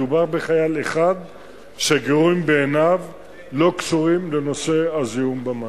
מדובר בחייל אחד שהגירויים בעיניו לא קשורים לנושא הזיהום המים.